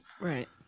Right